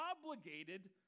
obligated